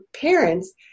parents